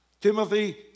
Timothy